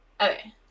Okay